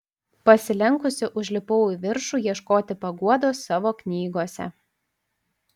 pasilenkusi užlipau į viršų ieškoti paguodos savo knygose